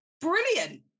brilliant